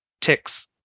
ticks